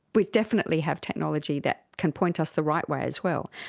we definitely have technology that can point us the right way as well.